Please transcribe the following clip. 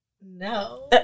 no